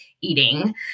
eating